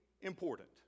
important